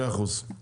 מאה אחוז.